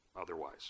otherwise